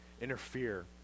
interfere